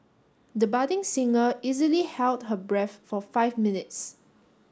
the budding singer easily held her breath for five minutes